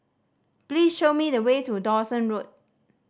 please show me the way to Dawson Road